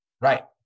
Right